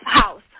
House